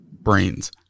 brains